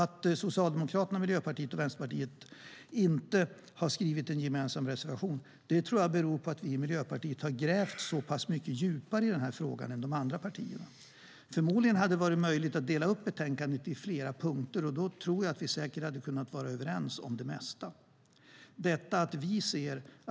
Att Socialdemokraterna, Miljöpartiet och Vänsterpartiet inte har skrivit en gemensam reservation tror jag beror på att vi i Miljöpartiet har grävt så pass mycket djupare i den här frågan än de andra partierna. Förmodligen hade det varit möjligt att dela upp betänkandet i flera punkter, och då tror jag att vi säkert hade kunnat vara överens om det mesta.